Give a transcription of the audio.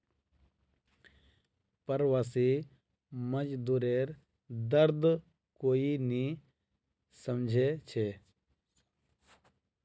प्रवासी मजदूरेर दर्द कोई नी समझे छे